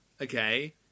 Okay